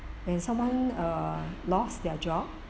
when someone err lost their job